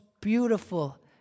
beautiful